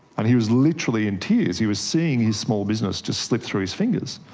and he was literally in tears, he was seeing his small business just slip through his fingers.